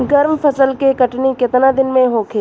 गर्मा फसल के कटनी केतना दिन में होखे?